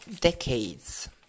decades